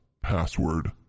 password